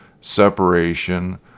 separation